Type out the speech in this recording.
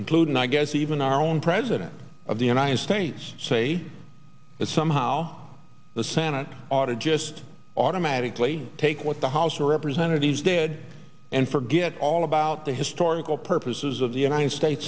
including i guess even our own president of the united states say that somehow the senate ought to just automatically take what the house of representatives did and forget all about the historical purposes of the united states